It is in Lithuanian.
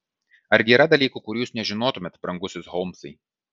argi yra dalykų kurių jūs nežinotumėte brangusis holmsai